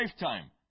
lifetime